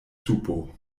supo